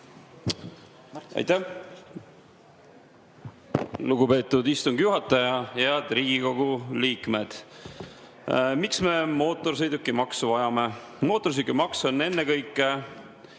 Aitäh, lugupeetud istungi juhataja! Head Riigikogu liikmed! Miks me mootorsõidukimaksu vajame? Mootorsõidukimaks on ennekõike